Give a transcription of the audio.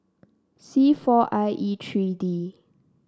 C four I E three D